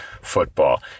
football